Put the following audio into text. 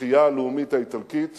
לתחייה הלאומית האיטלקית